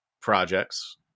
projects